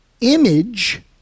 image